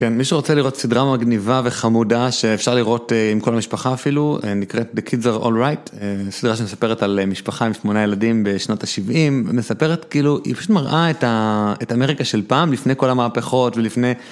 מי שרוצה לראות סדרה מגניבה וחמודה שאפשר לראות עם כל המשפחה אפילו נקראת the kids are all right סדרה שמספרת על משפחה עם 8 ילדים בשנות ה-70 מספרת כאילו היא פשוט מראה את אמריקה של פעם לפני כל המהפכות ולפני.